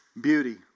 Beauty